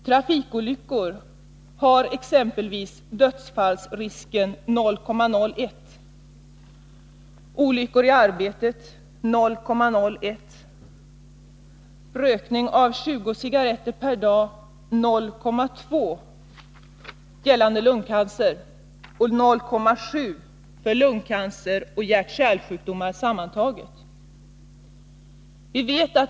Trafikolyckor har exempelvis dödsfallsrisken 0,01, olyckor i arbetet 0,01, rökning av 20 cigarretter per dag 0,2 gällande lungcancer och 0,7 för lungcancer och hjärtoch kärlsjukdomar sammantaget.